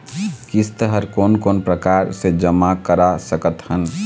किस्त हर कोन कोन प्रकार से जमा करा सकत हन?